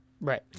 right